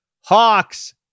Hawks